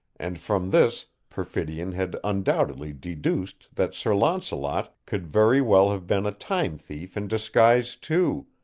and from this perfidion had undoubtedly deduced that sir launcelot could very well have been a time-thief in disguise, too,